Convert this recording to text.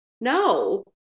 no